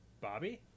Bobby